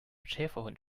schäferhund